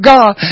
God